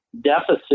deficit